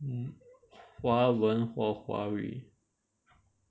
华文 or 华语